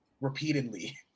repeatedly